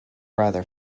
rather